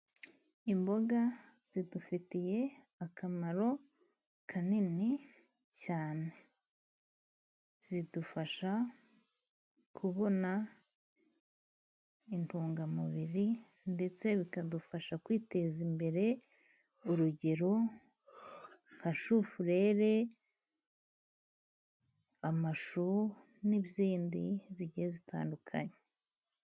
Imboga zidufitiye akamaro kanini cyane zidufasha kubona intungamubiri ndetse bikadufasha kwiteza imbere urugero nka shufurere, amashu n'izindi zigiye zitandukanye.